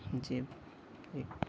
যে এ